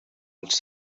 els